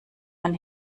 man